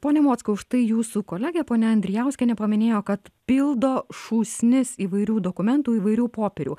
pone mockau štai jūsų kolegė ponia andrijauskienė paminėjo kad pildo šūsnis įvairių dokumentų įvairių popierių